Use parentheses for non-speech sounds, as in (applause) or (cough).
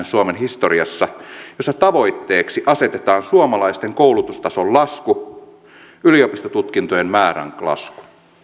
(unintelligible) suomen historiassa ensimmäinen jossa tavoitteeksi asetetaan suomalaisten koulutustason lasku yliopistotutkintojen määrän lasku